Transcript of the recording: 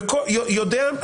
יודע,